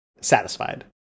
satisfied